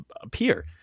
appear